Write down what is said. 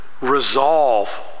resolve